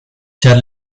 ĉar